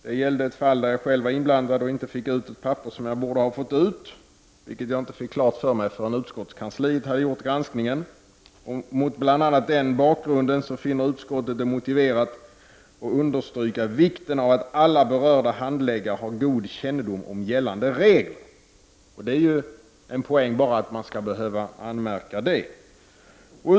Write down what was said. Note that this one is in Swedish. Det gällde ett fall där jag själv var inblandad och inte fick ut ett papper som jag borde ha fått ut, något som jag inte fick klart för mig förrän utskottskansliet hade gjort granskningen. Bl.a. mot den bakgrunden finner utskottet det motiverat att understryka vikten av att alla berörda handläggare har god kännedom om gällande regler. Bara att man skall behöva göra en sådan anmärkning är ju en poäng!